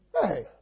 Hey